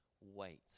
wait